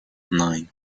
nine